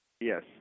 Yes